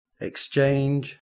exchange